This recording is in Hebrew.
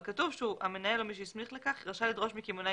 אבל כתוב שהמנהל או מי שהוא הסמיכו לכך רשאי לדרוש מקמעונאי